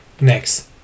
next